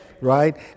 right